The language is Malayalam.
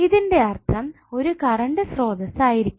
ഇതിന്റെ അർത്ഥം ഒരു കറണ്ട് സ്രോതസ്സ് ആയിരിക്കും